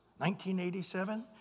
1987